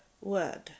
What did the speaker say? word